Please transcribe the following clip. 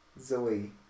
Zoe